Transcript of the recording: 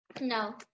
No